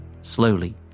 slowly